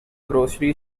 grocery